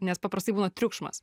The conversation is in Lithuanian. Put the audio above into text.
nes paprastai būna triukšmas